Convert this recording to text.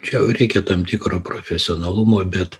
čia jau reikia tam tikro profesionalumo bet